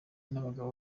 n’abagabo